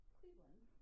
Cleveland